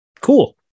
Cool